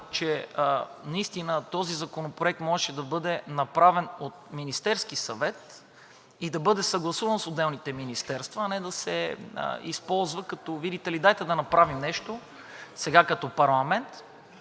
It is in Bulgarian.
че наистина този законопроект можеше да бъде направен от Министерския съвет и да бъде съгласуван с отделните министерства, а не да се използва като, видите ли, дайте да направим нещо сега като парламент,